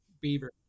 beaver